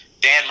Dan